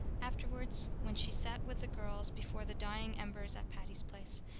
afterwards, when she sat with the girls before the dying embers at patty's place,